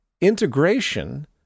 integration